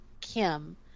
Kim